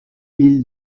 îles